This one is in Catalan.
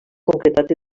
concretat